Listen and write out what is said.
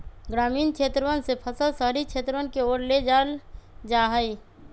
ग्रामीण क्षेत्रवन से फसल शहरी क्षेत्रवन के ओर ले जाल जाहई